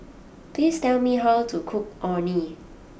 please tell me how to cook Orh Nee